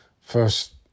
first